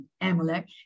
Amalek